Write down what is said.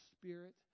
spirit